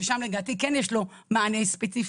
ששם לדעתי כן יש לו מענה ספציפי,